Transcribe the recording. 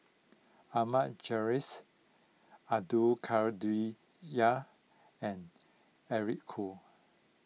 Ahmad Jais Abdul and Eric Khoo